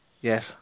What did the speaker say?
Yes